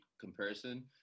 comparison